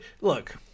look